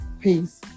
peace